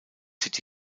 city